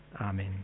Amen